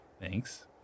Thanks